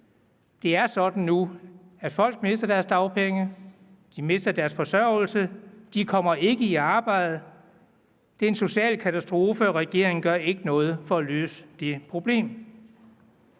Det er sådan nu, at folk mister deres dagpenge, de mister deres forsørgelse, de kommer ikke i arbejde. Det er en social katastrofe, og regeringen gør ikke noget for at løse det problem.